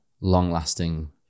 long-lasting